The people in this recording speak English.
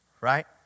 right